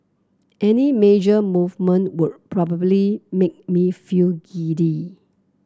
any major movement would probably make me feel giddy